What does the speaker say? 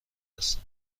هستم